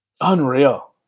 Unreal